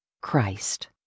Christ